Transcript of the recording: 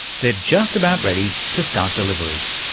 they're just about ready to start deliveries.